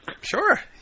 Sure